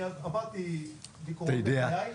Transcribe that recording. אני עברתי ביקורות בחיי.